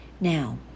Now